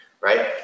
right